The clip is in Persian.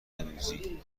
امروزی